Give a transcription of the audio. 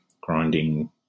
grinding